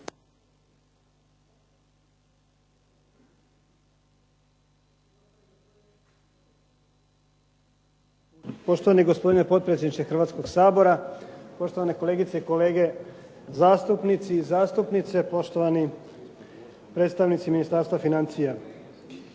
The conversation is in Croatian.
Poštovani gospodine potpredsjedniče Hrvatskog sabora, poštovane kolegice i kolege zastupnici i zastupnice, poštovani predstavnici Ministarstva financija.